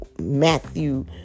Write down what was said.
Matthew